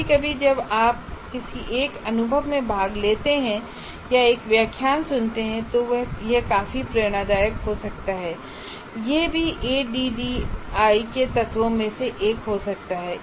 कभी कभी जब आप किसी एक अनुभव में भाग लेते हैं या एक व्याख्यान सुनते हैं तो यह काफी प्रेरणादायक हो सकता है और यह भी एडीडीआई के तत्वों में से एक हो सकता है